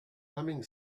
humming